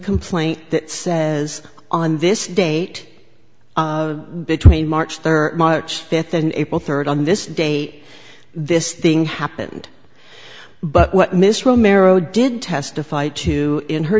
complaint that says on this date between march third march fifth than april third on this date this thing happened but what miss romero did testify to in her